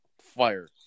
fire